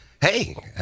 Hey